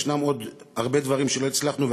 ישנם עוד הרבה דברים שלא הצלחנו,